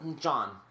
John